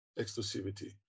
exclusivity